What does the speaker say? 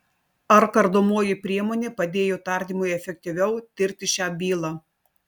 ar kardomoji priemonė padėjo tardymui efektyviau tirti šią bylą